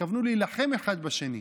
התכוונו להילחם אחד בשני.